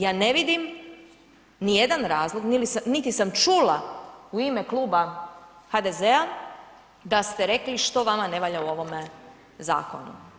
Ja ne vidim nijedan razlog niti sam čula u ime kluba HDZ-a da ste rekli što vama ne valja u ovome zakonu.